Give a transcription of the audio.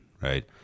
right